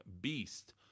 beast